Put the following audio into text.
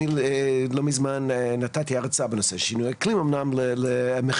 אני לא מזמן נתתי הרצאה בנושא שינויי אקלים אמנם למכינה.